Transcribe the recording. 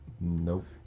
Nope